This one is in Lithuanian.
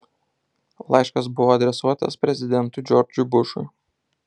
laiškas buvo adresuotas prezidentui džordžui bušui